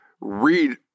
read